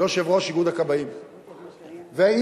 יושב-ראש איגוד הכבאים, ואיציק,